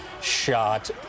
shot